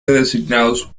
designados